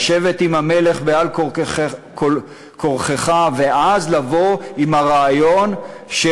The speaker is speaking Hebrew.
לשבת עם המלך על-כורחך ואז לבוא עם הרעיון של